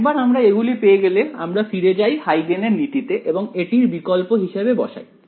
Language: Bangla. একবার আমরা এগুলি পেয়ে গেলে আমরা ফিরে যাই হাইগেন এর নীতিতে এবং এটির বিকল্প হিসেবে বসাই